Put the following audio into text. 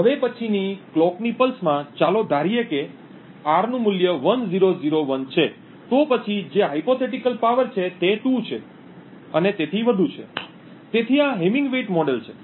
હવે પછીની કલોકની પલ્સમાં ચાલો ધારીએ કે R નું મૂલ્ય 1001 છે તો પછી જે કાલ્પનિક શક્તિ છે તે 2 અને તેથી વધુ છે તેથી આ હેમિંગ વેઈટ મોડેલ છે